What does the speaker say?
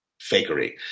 fakery